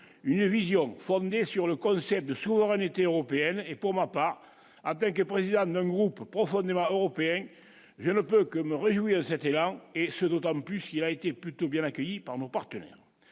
une vision fondée sur le concept de souveraineté européenne et pour ma part avec président d'un groupe profondément européenne, je ne peux que me réjouir de cet élan et ce d'autant plus qu'il a été plutôt bien accueillie par nos partenaires,